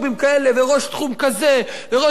וראש תחום כזה וראש תחום כזה.